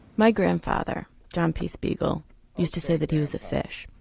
my grandfather john p spiegel used to say that he was a fish.